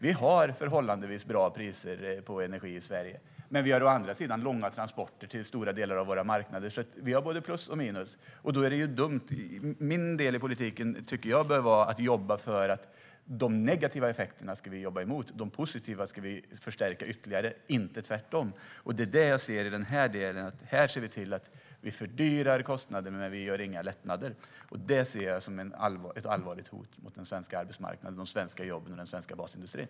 Vi har förhållandevis bra priser på energi i Sverige, men vi har å andra sidan långa transportsträckor till stora delar av våra marknader. Vi har alltså både plus och minus. Jag tycker att vi ska jobba mot de negativa effekterna, och de positiva ska vi förstärka ytterligare - inte tvärtom. Här ser vi att man ökar kostnaderna men inte gör några lättnader. Det ser jag som ett allvarligt hot mot den svenska arbetsmarknaden, de svenska jobben och den svenska basindustrin.